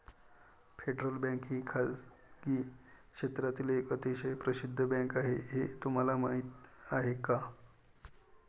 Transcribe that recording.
Federal Bank ही खासगी क्षेत्रातील एक अतिशय प्रसिद्ध बँक आहे हे तुम्हाला माहीत आहे का?